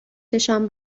چشام